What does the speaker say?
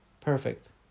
perfect